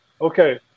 okay